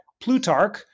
Plutarch